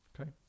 okay